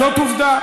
זאת עובדה.